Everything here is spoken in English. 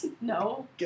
No